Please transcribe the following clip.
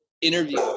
interview